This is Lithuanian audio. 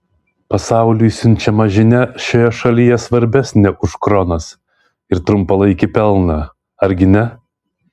pasauliui siunčiama žinia šioje šalyje svarbesnė už kronas ir trumpalaikį pelną argi ne